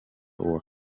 uwa